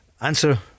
answer